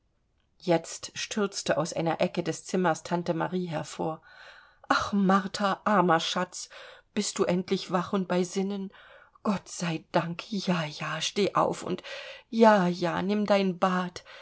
jetzt stürzte aus einer ecke des zimmers tante marie hervor ach martha armer schatz bist du endlich wach und bei sinnen gott sei dank ja ja steh auf und ja ja nimm dein bad